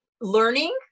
learning